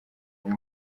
muri